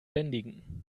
bändigen